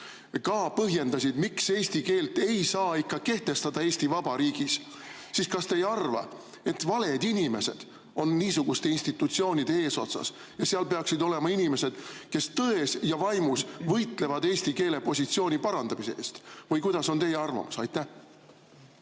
ka põhjendasid, miks eesti keelt ei saa kehtestada Eesti Vabariigis, siis kas te ei arva, et valed inimesed on niisuguste institutsioonide eesotsas ja seal peaksid olema inimesed, kes tões ja vaimus võitlevad eesti keele positsiooni parandamise eest? Või kuidas on teie arvamus? Aitäh!